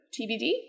TBD